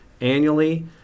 annually